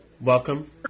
Welcome